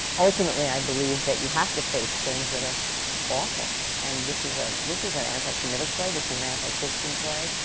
ultimately, i believe that you have to face things that are awful. and this is ah this is an anti-semitic play. this is an anti-christian play.